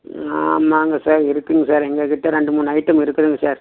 ஆமாங்க சார் இருக்குதுங்க சார் எங்கக்கிட்டே ரெண்டு மூணு ஐட்டம் இருக்குதுங்க சார்